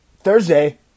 Thursday